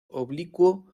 oblicuo